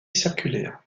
circulaire